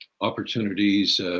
opportunities